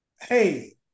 hey